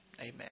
Amen